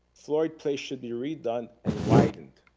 floyd place should be redone and widened.